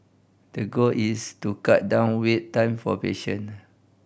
the goal is to cut down wait time for patient